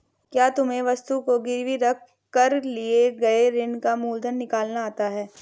क्या तुम्हें वस्तु को गिरवी रख कर लिए गए ऋण का मूलधन निकालना आता है?